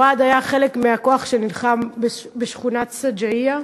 אוהד היה בכוח מיחידת אגוז שנלחם בשכונת שג'אעיה.